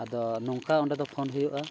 ᱟᱫᱚ ᱱᱚᱝᱠᱟ ᱚᱸᱰᱮᱫᱚ ᱯᱷᱳᱱ ᱦᱩᱭᱩᱜᱼᱟ